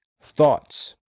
thoughts